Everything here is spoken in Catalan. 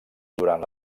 durant